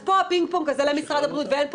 פה הפינג פונג הזה בין משרד הבריאות אין פה